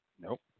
Nope